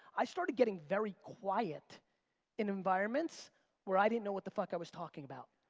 i started getting very quiet in environments where i didn't know what the fuck i was talking about.